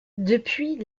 depuis